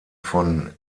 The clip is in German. von